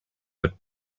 but